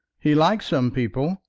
he likes some people,